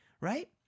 right